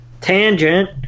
tangent